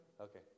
Okay